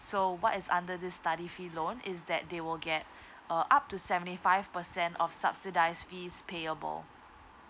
so what is under this study fee loan is that they will get uh up to seventy five percent of subsidize fees payable